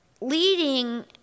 leading